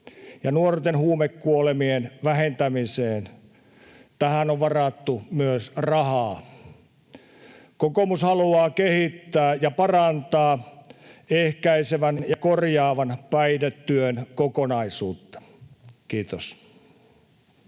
ja nuorten huumekuolemien vähentämiseen. Tähän on varattu myös rahaa. Kokoomus haluaa kehittää ja parantaa ehkäisevän ja korjaavan päihdetyön kokonaisuutta. — Kiitos.